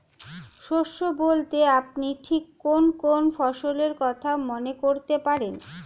শস্য বলতে আপনি ঠিক কোন কোন ফসলের কথা মনে করতে পারেন?